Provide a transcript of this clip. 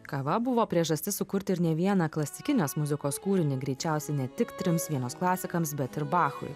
kava buvo priežastis sukurti ir ne vieną klasikinės muzikos kūrinį greičiausiai ne tik trims vienos klasikams bet ir bachui